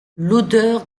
l’odeur